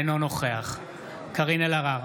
אינו נוכח קארין אלהרר,